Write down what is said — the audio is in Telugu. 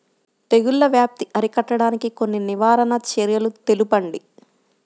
తెగుళ్ల వ్యాప్తి అరికట్టడానికి కొన్ని నివారణ చర్యలు తెలుపండి?